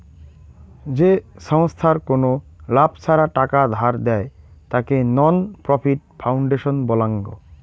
যে ছংস্থার কোনো লাভ ছাড়া টাকা ধার দেয়, তাকে নন প্রফিট ফাউন্ডেশন বলাঙ্গ